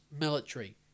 military